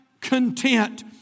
content